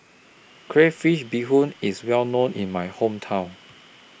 Crayfish Beehoon IS Well known in My Hometown